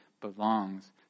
belongs